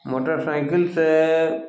मोटरसाइकिलसँ